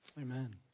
Amen